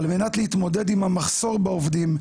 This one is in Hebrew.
על מנת להתמודד עם המחסור בעובדים,